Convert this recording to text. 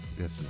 Yes